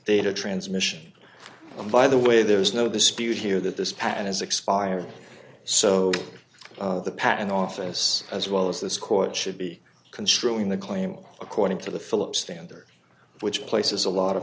data transmission and by the way there is no dispute here that this patent has expired so the patent office as well as this court should be construing the claim according to the philips standard which places a lot of